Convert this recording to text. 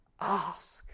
Ask